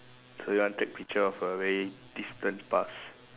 so you want to take picture of a very distant past